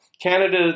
Canada